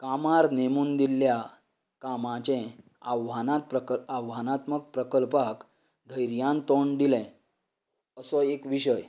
कामार नेमून दिल्ल्या कामाचें आव्हानां प्रकल्प आव्हानात्मक प्रकल्पाक धैर्यान तोंड दिलें आसो एक विशय